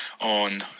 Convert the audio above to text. on